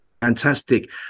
fantastic